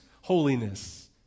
holiness